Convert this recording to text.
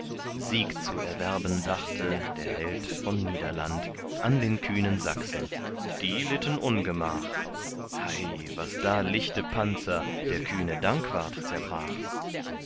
sieg zu erwerben dachte der held von niederland an den kühnen sachsen die litten ungemach hei was da lichte panzer der kühne dankwart zerbrach